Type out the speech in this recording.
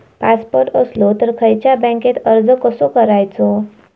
Passport असलो तर खयच्या बँकेत अर्ज कसो करायचो?